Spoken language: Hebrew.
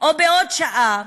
או בעוד שעה